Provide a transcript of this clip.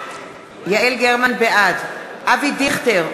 בעד אבי דיכטר,